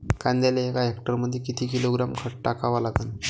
कांद्याले एका हेक्टरमंदी किती किलोग्रॅम खत टाकावं लागन?